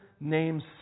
name's